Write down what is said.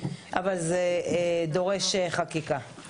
אבל זה דורש חקיקה.